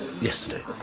Yesterday